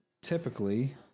typically